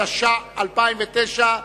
התש"ע 2009,